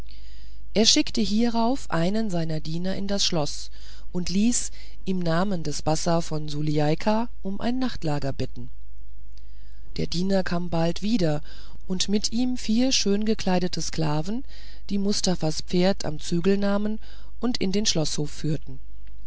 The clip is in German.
er schickte hierauf einen seiner diener in das schloß und ließ im namen des bassa von sulieika um ein nachtlager bitten der diener kam bald wieder und mit ihm vier schöngekleidete sklaven die mustafas pferd am zügel nahmen und in den schloßhof führten